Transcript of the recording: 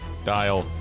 Dial